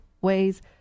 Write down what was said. ways